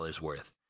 worth